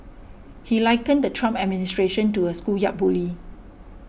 he likened the Trump administration to a schoolyard bully